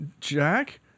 Jack